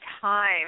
time